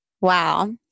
Wow